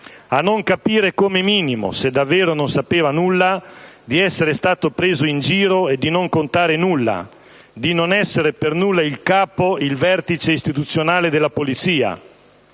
a non capire, come minimo, se davvero non sapeva nulla, di essere stato preso in giro e di non contare nulla? Di non essere per nulla il capo, il vertice istituzionale della Polizia,